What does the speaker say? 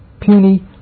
puny